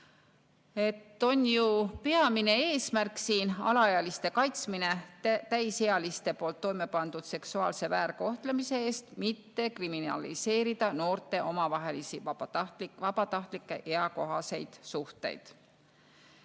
On ju peamine eesmärk siin alaealiste kaitsmine täisealiste poolt toimepandava seksuaalse väärkohtlemise eest, mitte see, et kriminaliseerida noorte omavahelisi vabatahtlikke eakohaseid suhteid.